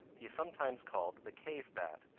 he is sometimes called the cave bat,